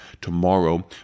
tomorrow